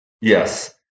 Yes